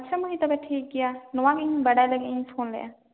ᱟᱪᱪᱷᱟ ᱢᱟᱹᱭ ᱛᱚᱵᱮ ᱴᱷᱤᱠ ᱜᱮᱭᱟ ᱱᱚᱣᱟ ᱤᱧ ᱵᱟᱰᱟᱭ ᱞᱟᱹᱜᱤᱫ ᱤᱧ ᱯᱷᱳᱱ ᱞᱮᱫᱟ